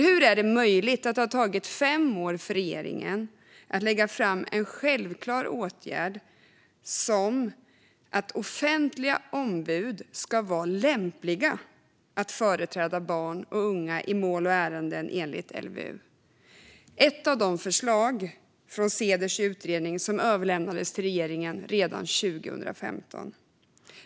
Hur är det möjligt att det har tagit fem år för regeringen att lägga fram förslag om en självklar åtgärd som att offentliga ombud ska vara lämpliga att företräda barn och unga i mål och ärenden enligt LVU? Det är ett av förslagen från Ceders utredning, som överlämnades till regeringen redan 2015.